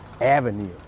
Avenue